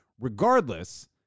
Regardless